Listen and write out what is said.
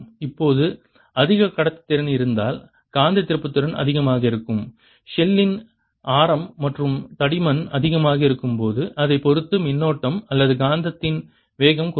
இப்போது அதிக கடத்துத்திறன் இருந்தால் காந்த திருப்புத்திறன் அதிகமாக இருக்கும் ஷெல்லின் ஆரம் மற்றும் தடிமன் அதிகமாக இருக்கும் போது அதைப் பொறுத்து மின்னோட்டம் அல்லது காந்தத்தின் வேகம் குறையும்